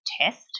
test